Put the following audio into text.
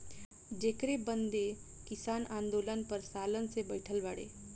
जेकरे बदे किसान आन्दोलन पर सालन से बैठल बाड़े